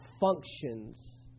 functions